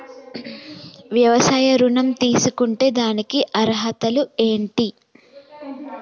వ్యవసాయ ఋణం తీసుకుంటే దానికి అర్హతలు ఏంటి?